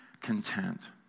content